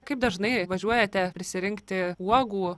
kaip dažnai važiuojate prisirinkti uogų